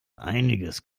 einiges